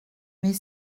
mais